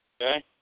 Okay